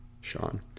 Sean